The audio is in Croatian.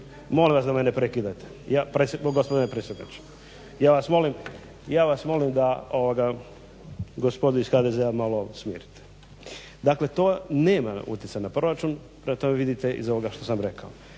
molim vas da me ne prekidate. Ja vas molim da gospodu iz HDZ-a malo smirite. Dakle to nema utjecaja na proračun prema tome vidite iz ovoga što sam rekao.